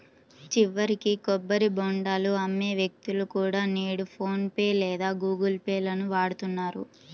చివరికి కొబ్బరి బోండాలు అమ్మే వ్యక్తులు కూడా నేడు ఫోన్ పే లేదా గుగుల్ పే లను వాడుతున్నారు